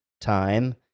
time